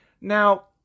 Now